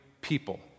people